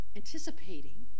anticipating